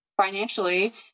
financially